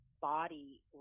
body